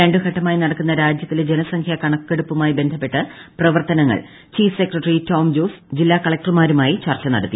രണ്ടുഘട്ടമായി നടക്കുന്ന രാജ്യത്തിലെ ജനസംഖ്യാ കണക്കെടുപ്പുമായി ബന്ധപ്പെട്ട് പ്രവർത്തനങ്ങൾ ചീഫ് സെക്രട്ടറി ടോം ജോസ് ജില്ലാ കളക്ടർമാരുമായി ചർച്ച നടത്തി